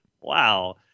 wow